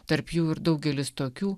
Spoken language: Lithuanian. tarp jų ir daugelis tokių